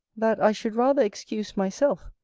that i should rather excuse myself,